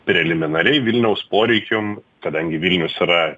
preliminariai vilniaus poreikiam kadangi vilnius yra